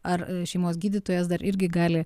ar šeimos gydytojas dar irgi gali